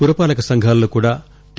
పురపాలక సంఘాల్లో కూడా టి